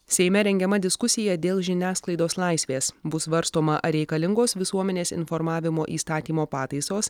seime rengiama diskusija dėl žiniasklaidos laisvės bus svarstoma ar reikalingos visuomenės informavimo įstatymo pataisos